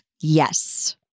Yes